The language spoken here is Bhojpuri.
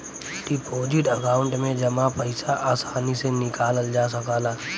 डिपोजिट अकांउट में जमा पइसा आसानी से निकालल जा सकला